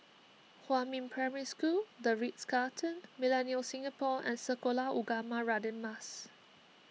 Huamin Primary School the Ritz Carlton Millenia Singapore and Sekolah Ugama Radin Mas